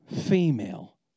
female